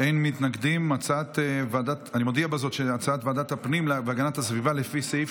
הצעת ועדת הפנים והגנת הסביבה בדבר פיצול